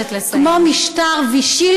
כמו משטר וישי,